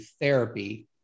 therapy